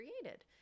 created